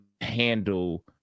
handle